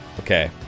Okay